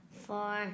four